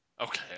Okay